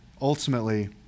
ultimately